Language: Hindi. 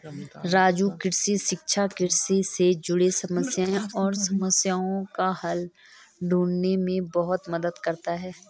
राजू कृषि शिक्षा कृषि से जुड़े समस्याएं और समस्याओं का हल ढूंढने में बहुत मदद करता है